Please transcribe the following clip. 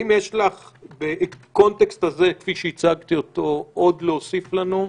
האם יש לך בקונטקסט הזה כפי שהצגתי אותו עוד להוסיף לנו?